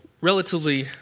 relatively